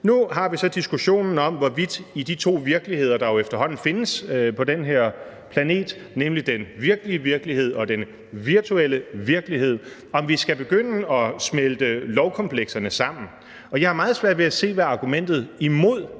Nu har vi så diskussionen om, hvorvidt vi med de to virkeligheder, der jo efterhånden findes på den her planet, nemlig den virkelige virkelighed og den virtuelle virkelighed, skal begynde at smelte lovkomplekserne sammen. Jeg har meget svært ved at se, hvad argumentet imod